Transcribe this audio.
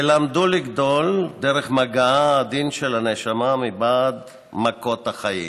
שלמדו לגדול דרך מגעה העדין של הנשמה מבעד מכות החיים,